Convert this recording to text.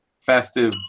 festive